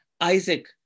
Isaac